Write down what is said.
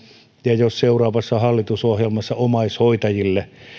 ja jos seuraavassa hallitusohjelmassa omaishoitajille